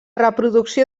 reproducció